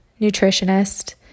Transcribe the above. nutritionist